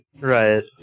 Right